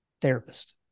therapist